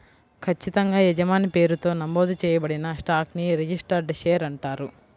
ఖచ్చితంగా యజమాని పేరుతో నమోదు చేయబడిన స్టాక్ ని రిజిస్టర్డ్ షేర్ అంటారు